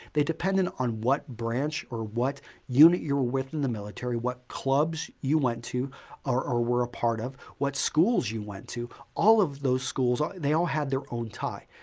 they depend on what branch or what unit you're with in the military, what clubs you went to or were a part of, what schools you went to. all of those schools, they all had their own tie.